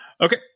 Okay